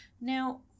Now